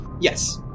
Yes